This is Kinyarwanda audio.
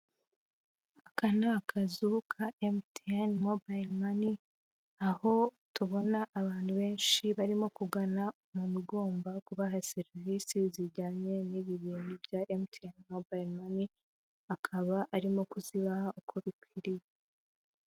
Aka ni akazu ka MTN mobayiro mani aho tubona abantu benshi barimo kugana umuntu ugomba kubaha serivisi zijyanye n'ibintu bya MTN mobayiro mani, akaba arimo kuzibaha uko bikwiriye.